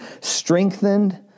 strengthened